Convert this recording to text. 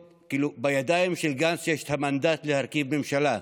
כשבידיים של גנץ יש את המנדט להרכיב ממשלה?